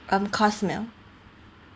um course meal